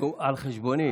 נו, על חשבוני.